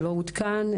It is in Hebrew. לא עודכן.